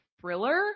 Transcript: thriller